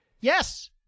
Yes